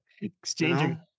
exchanging